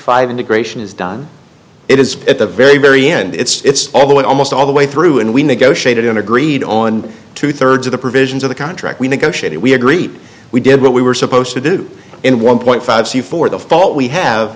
five integration is done it is at the very very end it's all the way almost all the way through and we negotiated in agreed on two thirds of the provisions of the contract we negotiated we agree we did what we were supposed to do in one point five c for the fault we have